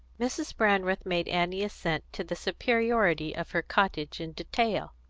mrs. brandreth made annie assent to the superiority of her cottage in detail.